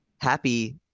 happy